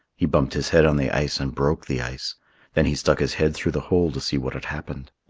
he bumped his head on the ice and broke the ice then he stuck his head through the hole to see what had happened.